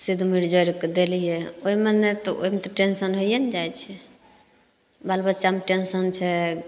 सुदि मुर जोड़िकऽ देलियै ओइमे नहि तऽ ओइमे तऽ टेन्शन होइए ने जाइ छै बालबच्चामे टेन्शन छै